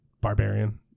barbarian